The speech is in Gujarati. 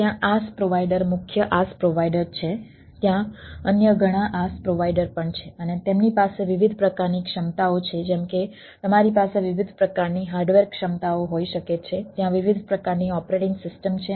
તેથી આ IaaS પ્રોવાઈડરના વિવિધ પ્રકાર છે